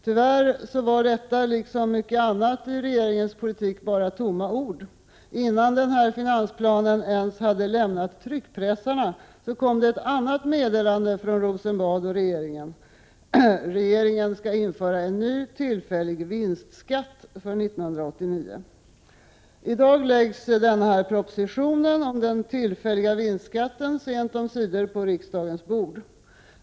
Tyvärr var det — liksom mycket annat i regeringens politik — endast tomma ord: innan denna finansplan hade lämnat tryckpressarna, kom ett annat meddelande från Rosenbad: Regeringen skall införa en ny, tillfällig vinstskatt för 1989. I dag läggs propositionen om den nya vinstskatten sent omsider på riksdagens bord.